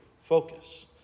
focus